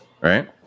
right